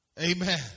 Amen